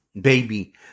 baby